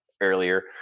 earlier